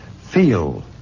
feel